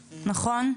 נכון?